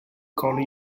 calling